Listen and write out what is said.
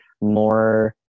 more